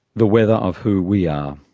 the weather of who we are.